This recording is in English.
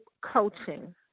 coaching